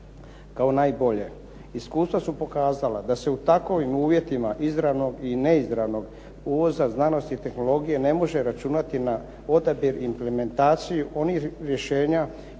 kao najbolje. Iskustva su pokazala da se u takvim uvjetima izravnog i neizravnog uvoza znanosti i tehnologije ne može računati na odabir implementacije onih rješenja